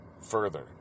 further